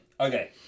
Okay